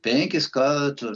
penkis kartus